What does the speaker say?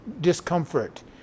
discomfort